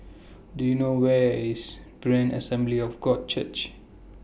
Do YOU know Where IS Berean Assembly of God Church